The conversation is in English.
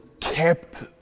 kept